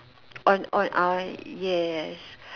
on on I yes